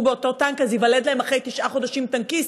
באותו טנק אז ייוולד להם אחרי תשעה חודשים טנקיסט,